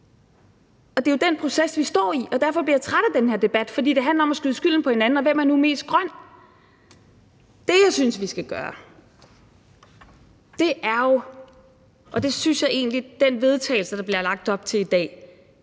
Det er jo den proces, vi står i, og derfor bliver jeg træt af den her debat, fordi det handler om at skyde skylden på hinanden og sige, hvem der nu er mest grøn. Det, jeg synes vi skal gøre, er – og det synes jeg egentlig at det forslag til vedtagelse, der blev lagt op til i dag,